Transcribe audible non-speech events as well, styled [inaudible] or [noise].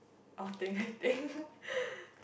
of thing I think [laughs]